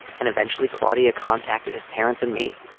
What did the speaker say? and eventually claudia contacted his parents and me.